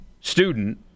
student